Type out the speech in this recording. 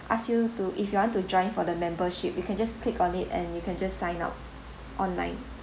ask you to if you want to join for the membership you can just click on it and you can just sign up online